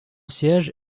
siège